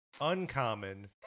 uncommon